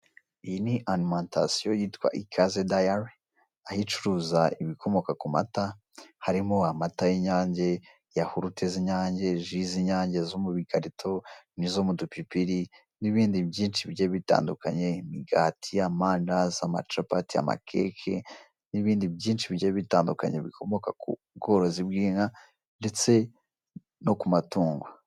Iyi ni alimantasiyo yitwa ikaze dayari aho icuruza ibikomoka ku mata, harimo amata y'inyange, yahurute z'inyange, ji z'inyange zo mu bikarito n'izo mu dupipiri n'ibindi byinshi bigiye bitandukanye imigati, amandazi, amacapati, amakeke n'ibindi byinshi bigiye bitandukanye bikomoka ku bworozi bw'inka ndetse no ku matungo.